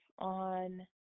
on